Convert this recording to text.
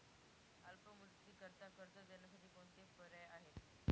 अल्प मुदतीकरीता कर्ज देण्यासाठी कोणते पर्याय आहेत?